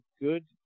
good